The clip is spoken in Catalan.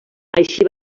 així